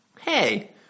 Hey